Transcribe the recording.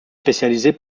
spécialisé